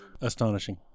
Astonishing